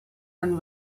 and